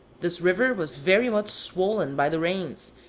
this river was very much swollen by the rains,